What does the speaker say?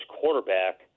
quarterback